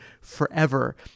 forever